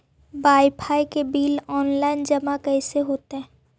Wifi के bill online जमा कैसे होतै?